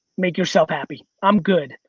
make yourself happy. i'm good,